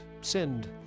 sinned